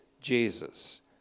Jesus